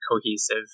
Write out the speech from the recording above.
cohesive